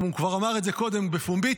הוא כבר אמר את זה קודם בפומבי,